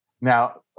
Now